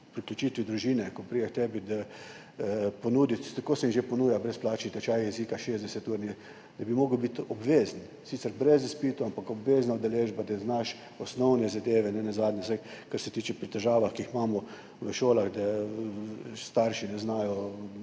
priključitvi družine, ko pride k tebi, ponuditi, že zdaj se jim ponuja brezplačni tečaj jezika, 60-urni, da bi moral biti obvezen, sicer brez izpitov, ampak z obvezno udeležbo, da znaš osnovne zadeve. Nenazadnje vsaj, kar se tiče težav, ki jih imamo v šolah, da starši ne znajo,